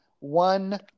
one